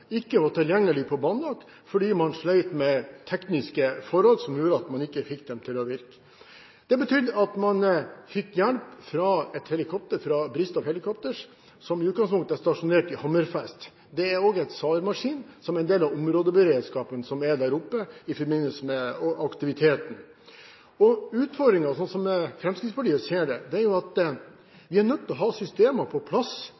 man ikke fikk dem til å virke. Det betydde at man måtte få hjelp fra et helikopter fra Bristow, som i utgangspunktet er stasjonert i Hammerfest. Det er også en SAR-maskin som er en del av områdeberedskapen der oppe i forbindelse med aktiviteten. Utfordringen, slik Fremskrittspartiet ser det, er at vi er nødt til å ha systemer på plass